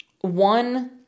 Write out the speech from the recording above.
one